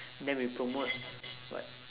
then we promote what